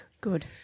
Good